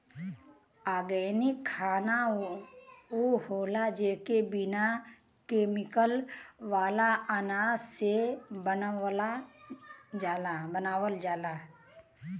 organic खाना उ होला जेके बिना केमिकल वाला अनाज से बनावल जाला